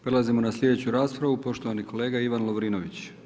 Prelazimo na slijedeću raspravu, poštovani kolega Ivan Lovrinović.